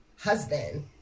husband